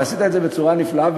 אבל עשית את זה בצורה נפלאה.